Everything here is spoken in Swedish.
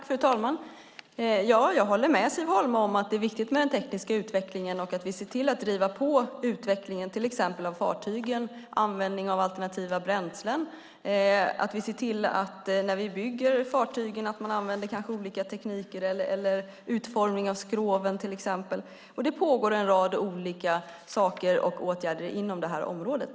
Fru talman! Jag håller med Siv Holma om att det är viktigt med den tekniska utvecklingen och att vi ska se till att driva på utvecklingen när det gäller fartygen och användningen av alternativa bränslen. Det är viktigt vilka tekniker man använder när man bygger fartygen som hur man utformar skroven till exempel. Det pågår en hel del inom det här området.